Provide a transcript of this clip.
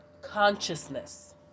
consciousness